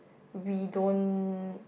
we don't